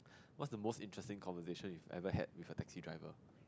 what's the most interesting conversation you ever had with a taxi driver